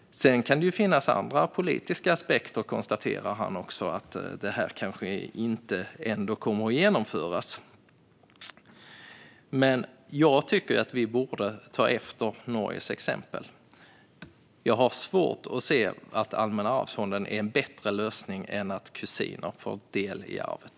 Sedan konstaterar han att det också kan finnas andra politiska aspekter så att detta ändå inte kommer att genomföras. Jag tycker att vi borde ta efter Norges exempel. Jag har svårt att se att Allmänna arvsfonden är en bättre lösning än att kusiner får del av arvet.